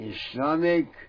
Islamic